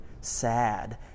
sad